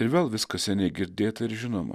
ir vėl viskas seniai girdėta ir žinoma